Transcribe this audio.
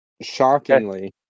Shockingly